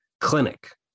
clinic